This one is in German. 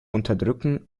unterdrücken